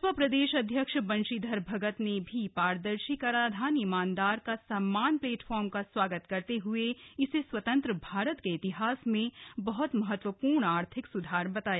भाजपा प्रदेश अध्यक्ष बंशीधर भगत ने भी पारदर्शी कराधान ईमानदार का सम्मान प्लेटफार्म का स्वागत करते हुए इसे स्वतंत्र भारत के इतिहास में बहत महत्वपूर्ण आर्थिक स्धार बताया